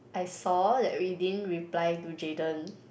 I saw that we didn't reply to Jayden